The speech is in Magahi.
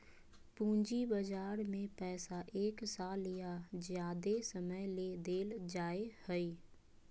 पूंजी बजार में पैसा एक साल या ज्यादे समय ले देल जाय हइ